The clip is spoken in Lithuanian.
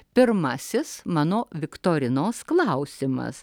pirmasis mano viktorinos klausimas